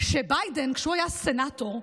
שכשביידן היה סנאטור,